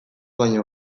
baino